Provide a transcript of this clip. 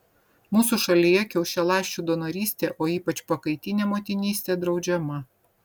mūsų šalyje kiaušialąsčių donorystė o ypač pakaitinė motinystė draudžiama